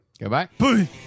Goodbye